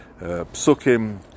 Psukim